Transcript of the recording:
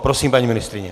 Prosím, paní ministryně.